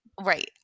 Right